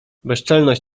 bezczelność